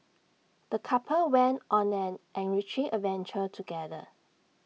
the couple went on an enriching adventure together